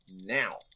now